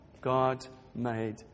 God-made